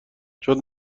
چون